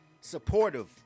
supportive